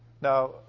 Now